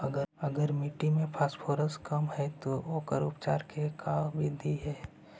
अगर मट्टी में फास्फोरस कम है त ओकर उपचार के का बिधि है?